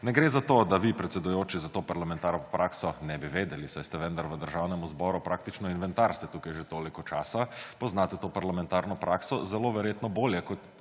Ne gre za to, da vi, predsedujoči, za to parlamentarno prakso ne bi vedeli, saj ste vendar v Državnem zboru praktično inventar, ste že tukaj toliko časa. Poznate to parlamentarno prakso zelo verjetno bolje